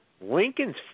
Lincoln's